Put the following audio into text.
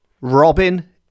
Robin